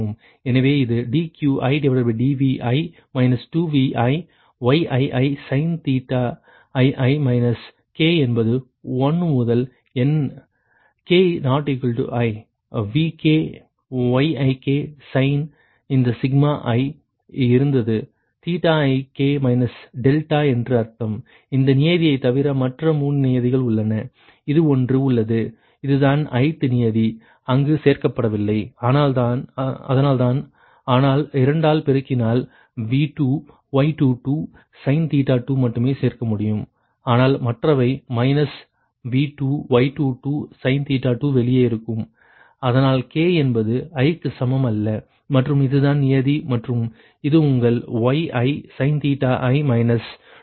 எனவே இது dQidVi 2ViYiisin minus k என்பது 1 முதல் n k i VkYik sine இந்த சிக்மா i இருந்தது ik δ என்று அர்த்தம் இந்தச் நியதியை தவிர மற்ற 3 நியதிகள் உள்ளன இது ஒன்று உள்ளது இது இதுதான் i th நியதி அங்கு சேர்க்கப்படவில்லை அதனால் தான் ஆனால் 2 ஆல் பெருக்கினால் V2Y22 sin மட்டுமே சேர்க்க முடியும் ஆனால் மற்றவை மைனஸ் V2Y22 sin2 வெளியே இருக்கும் அதனால் k என்பது i க்கு சமம் அல்ல மற்றும் இதுதான் நியதி மற்றும் இது உங்கள் Yi sini மைனஸ் 2Vi